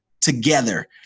together